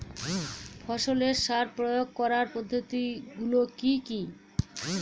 ফসলের সার প্রয়োগ করার পদ্ধতি গুলো কি কি?